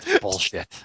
Bullshit